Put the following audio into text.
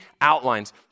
outlines